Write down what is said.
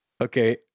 okay